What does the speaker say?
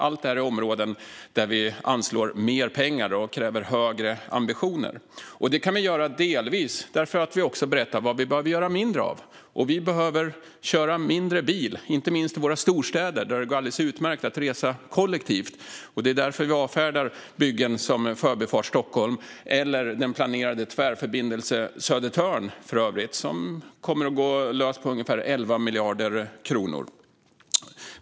Allt det är områden där vi anslår mer pengar och kräver högre ambitioner. Det kan vi göra delvis därför att vi också berättar vad vi behöver göra mindre av. Vi behöver köra mindre bil, inte minst i våra storstäder där det går alldeles utmärkt att resa kollektivt. Det är därför vi avfärdar byggen som Förbifart Stockholm eller för övrigt den planerade tvärförbindelsen på Södertörn som kommer att gå lös på ungefär 11 miljarder kronor.